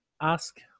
Ask